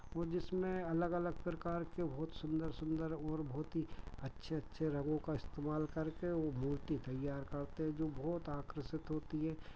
और जिसमें अलग अलग प्रकार के बहुत सुंदर सुंदर और बहुत ही अच्छे अच्छे रंगों का इस्तेमाल करके वो मूर्ति तैयार करते हैं जो बहुत आकर्षित होती है